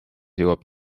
jõuab